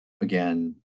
again